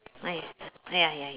ah ya ya ya